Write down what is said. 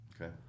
okay